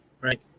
right